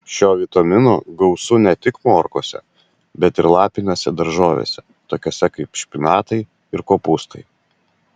šio vitamino gausu ne tik morkose bet ir lapinėse daržovėse tokiose kaip špinatai ir kopūstai